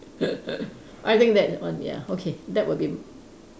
I think that that one ya okay that would be